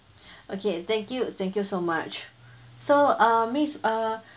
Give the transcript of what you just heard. okay thank you thank you so much so um miss uh